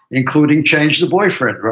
including change the boyfriend, right,